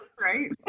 right